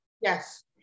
Yes